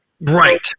Right